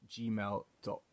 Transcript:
gmail.com